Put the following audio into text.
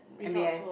m_b_s